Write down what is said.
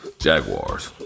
Jaguars